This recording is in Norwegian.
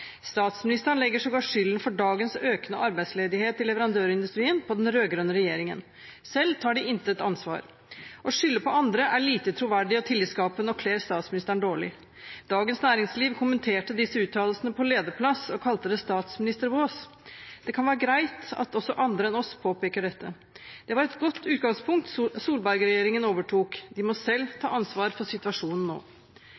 Statsministeren legger sågar skylden for dagens økende arbeidsledighet i leverandørindustrien på den rød-grønne regjeringen. Selv tar de intet ansvar. Å skylde på andre er lite troverdig og tillitskapende og kler statsministeren dårlig. Dagens Næringsliv kommenterte disse uttalelsene på lederplass og kalte det «statsministervås». Det kan være greit at også andre enn oss påpeker dette. Det var et godt utgangspunkt Solberg-regjeringen overtok. De må selv ta ansvar for situasjonen nå.